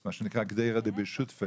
מה שנקרא "קדרה דבי שותפי"